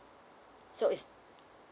so it's